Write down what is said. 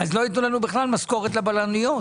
לא ייתנו לנו בכלל משכורת לבלניות,